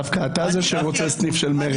אתה דווקא רוצה סניף של מרצ.